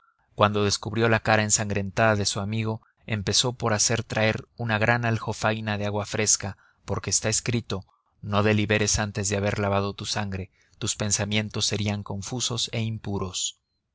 cuando descubrió la cara ensangrentada de su amigo empezó por hacerle traer una gran aljofaina de agua fresca porque está escrito no deliberes antes de haber lavado tu sangre tus pensamientos serían confusos e impuros